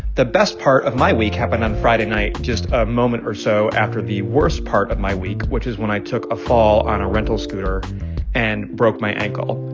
the best part of my week happened on friday night just a moment or so after the worst part of my week, which is when i took a fall on a rental scooter and broke my ankle.